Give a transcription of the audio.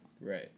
Right